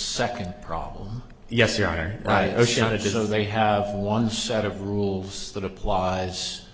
second problem yes you are right osho just so they have one set of rules that applies